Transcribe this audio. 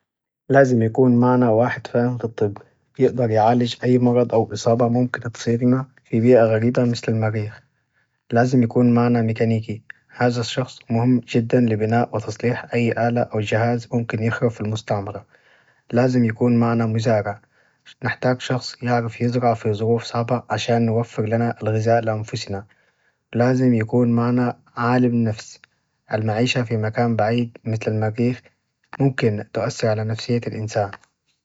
لازم يكون معنا واحد فاهم في الطب يقدر يعالج أي مرض أو إصابة ممكن تصير لنا في بيئة غريبة مثل المريخ، لازم يكون معنا ميكانيكي هذا الشخص مهم جدا لبناء وتصليح أي آلة أو جهاز ممكن يخرب في المستعمرة، لازم يكون معنا مزارع نحتاج شخص يعرف يزرع في ظروف صعبة عشان نوفر لنا الغزاء لأنفسنا، لازم يكون معنا عالم النفس، المعيشة في مكان بعيد مثل المريخ ممكن تؤثر على نفسية الإنسان.